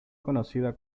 conocido